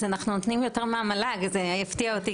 אנחנו נותנים יותר מהמועצה להשכלה גבוהה מה שהפתיע אותי